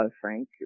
Frank